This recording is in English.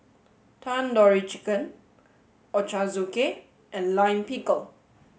Tandoori Chicken Ochazuke and Lime Pickle